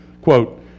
Quote